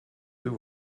deux